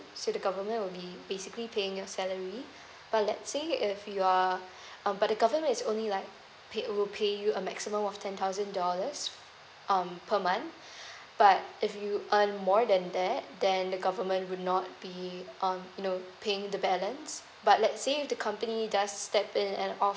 so the government will be basically paying your salary but let's say if you're um but the government is only like pay will pay you a maximum of ten thousand dollars um per month but if you earn more than that then the government will not be um you know paying the balance but let's say if the company does step in and all